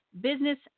business